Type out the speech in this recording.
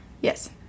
Yes